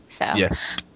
Yes